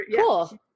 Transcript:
cool